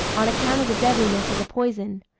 on account of the deadliness of the poison.